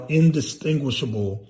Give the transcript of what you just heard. indistinguishable